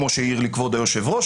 כמו שהעיר לי כבוד היושב ראש,